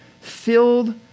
filled